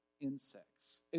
insects